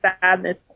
sadness